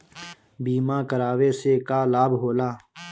बीमा करावे से का लाभ होला?